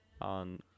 On